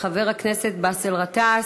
חבר הכנסת באסל גטאס,